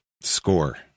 score